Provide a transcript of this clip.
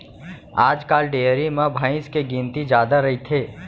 आजकाल डेयरी म भईंस के गिनती जादा रइथे